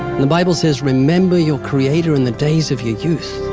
and the bible says, remember your creator in the days of your youth.